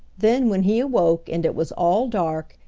then, when he awoke and it was all dark,